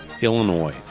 Illinois